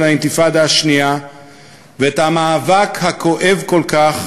האינתיפאדה השנייה ואת המאבק הכואב כל כך